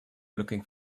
looking